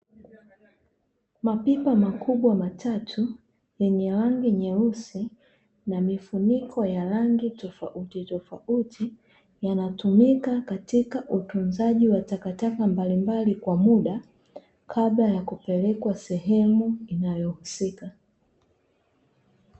Mapipa makubwa matatu yenye rangi nyeusi na mifuniko ya rangi tofauti tofauti, yanatumika katika utunzaji wa takataka mbalimbali kwa muda, kabla ya kupelekwa sehemu inayohusika.